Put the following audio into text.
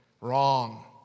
wrong